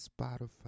Spotify